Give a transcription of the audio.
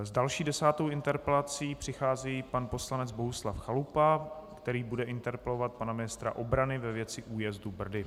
S další, desátou interpelací přichází pan poslanec Bohuslav Chalupa, který bude interpelovat pana ministra obrany ve věci újezdu Brdy.